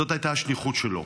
זו הייתה השליחות שלו,